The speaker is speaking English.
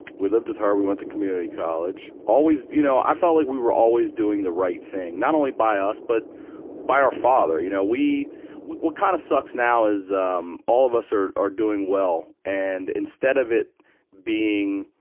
we lived with her, we went to community college. always, you know, i felt like we were always doing the right thing. not only by us, but by our father. you know, we what kinda kind of sucks now is, um, all of us are doing well, and, instead of it being,